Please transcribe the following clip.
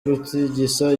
gutigisa